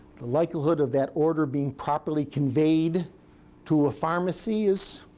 likelihood of that order being properly conveyed to a pharmacy is